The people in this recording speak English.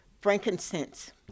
Frankincense